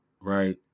right